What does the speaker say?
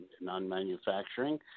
non-manufacturing